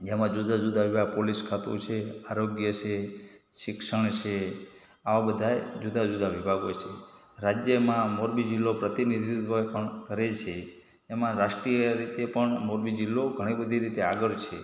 જેમાં જુદા જુદા વિભાગ પોલીસ ખાતુ છે આરોગ્ય છે શિક્ષણ છે આવા બધાય જુદા જુદા વિભાગો છે રાજ્યમાં મોરબી જિલ્લો પ્રતિનિધિત્ત્વ પણ કરે છે એમાં રાષ્ટ્રીય રીતે પણ મોરબી જિલ્લો ઘણી બધી રીતે આગળ છે